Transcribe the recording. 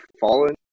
fallen